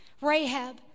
Rahab